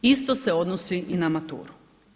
Isto se odnosi i na maturu.